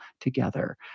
together